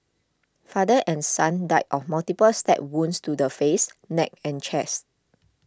father and son died of multiple stab wounds to the face neck and chest